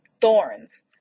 thorns